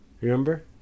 Remember